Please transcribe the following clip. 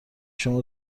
شما